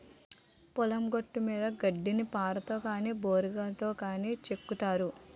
పొలం గట్టుమీద గడ్డిని పారతో గాని బోరిగాతో గాని సెక్కుతారు